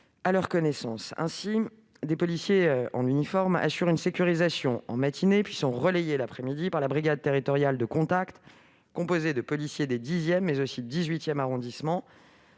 à leur connaissance. Ainsi, des policiers en uniforme assurent une sécurisation en matinée, puis sont relayés l'après-midi par la brigade territoriale de contact composée de policiers des X et XVIII arrondissements.